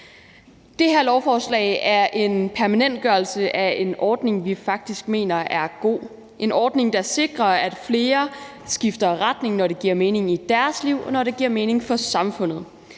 Det her lovforslag er en permanentgørelse af en ordning, vi faktisk mener er god – en ordning, der sikrer, at flere skifter retning, når det giver mening i deres liv, og når det giver mening for samfundet.